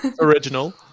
Original